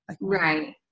Right